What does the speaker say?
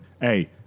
hey